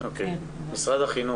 משרד החינוך.